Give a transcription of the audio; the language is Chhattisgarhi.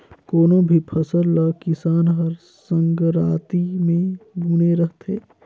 कोनो भी फसल ल किसान हर संघराती मे बूने रहथे